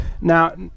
Now